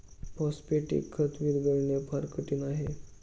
phosphatic खत विरघळणे फार कठीण आहे